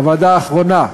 הוועדה האחרונה,